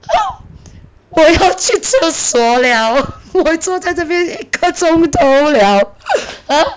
我要去厕所了我坐在这边一个钟头了